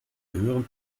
gehören